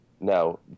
Now